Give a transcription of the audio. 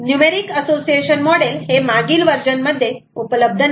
numeric association model हे मागील version मध्ये उपलब्ध नाही